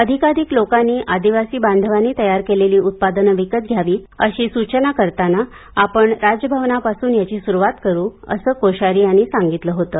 अधिकाधिक लोकांनी आदिवासी बांधवांनी तयार केलेली उत्पादन विकत घ्यावी अशी सूचना करताना आपण राजभवनापासून याची सुरुवात करू असं कोश्यारी यांनी सांगितलं होतं